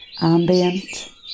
ambient